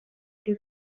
iri